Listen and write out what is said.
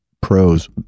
pros